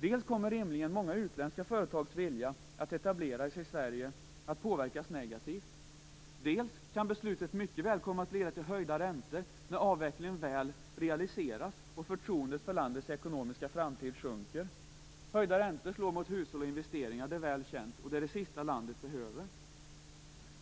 Dels kommer rimligen många utländska företags vilja att etablera sig i Sverige att påverkas negativt. Dels kan beslutet mycket väl komma att leda till höjda räntor när avvecklingen väl realiseras och förtroendet för landets ekonomiska framtid minskar. Höjda räntor slår mot hushåll och investeringar - vilket är väl känt - och det är det sista landet behöver.